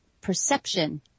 perception